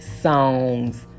songs